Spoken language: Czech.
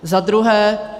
Za druhé.